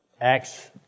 Acts